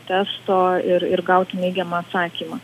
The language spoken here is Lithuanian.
testo ir ir gauti neigiamą atsakymą